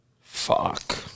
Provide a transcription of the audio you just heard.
Fuck